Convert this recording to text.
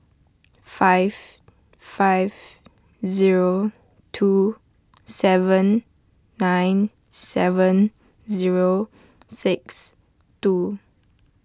five five zero two seven nine seven zero six two